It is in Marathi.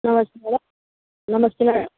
नमस्ते मॅडम नमस्ते मॅडम